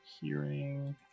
Hearing